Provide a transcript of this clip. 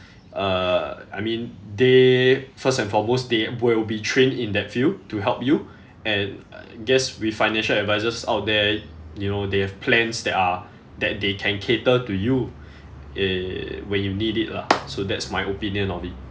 uh I mean they first and foremost they b~ will be trained in that field to help you and uh guess with financial advisers out there you know they have plans that are that they can cater to you eh when you need it lah so that's my opinion of it